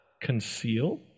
conceal